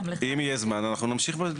אם יהיה זמן אנחנו נמשיך.